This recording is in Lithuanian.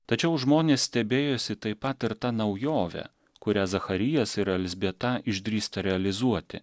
tačiau žmonės stebėjosi taip pat ir ta naujove kuria zacharijas ir elzbieta išdrįsta realizuoti